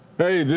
hey,